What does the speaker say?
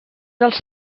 els